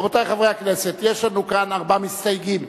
רבותי חברי הכנסת, יש לנו כאן ארבעה מסתייגים.